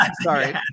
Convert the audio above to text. Sorry